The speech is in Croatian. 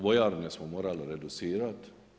Vojarne smo morali reducirati.